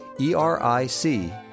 E-R-I-C